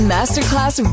Masterclass